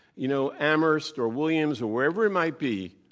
you know, amherst or williams or wherever it might be,